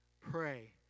pray